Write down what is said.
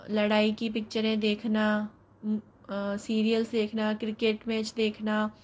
लड़ाई की पिक्चरें देखना सीरियल्स देखना क्रिकेट मैच देखना